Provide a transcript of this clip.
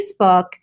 Facebook